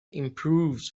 improves